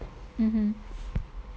mmhmm